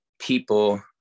people